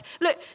look